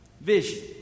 vision